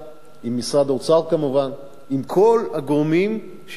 עם משרד האוצר כמובן, עם כל הגורמים שיש להם